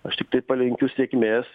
aš tiktai palinkiu sėkmės